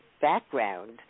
background